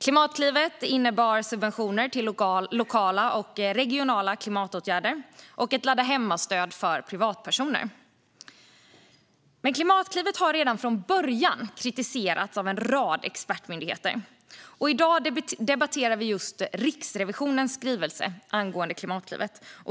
Klimatklivet innebar subventioner till lokala och regionala klimatåtgärder och ett ladda-hemma-stöd för privatpersoner. Klimatklivet har redan från början kritiserats av en rad expertmyndigheter. I dag debatterar vi just Riksrevisionens skrivelse angående Klimatklivet.